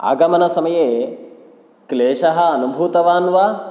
आगमनसमये क्लेशः अनुभूतावान् वा